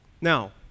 Now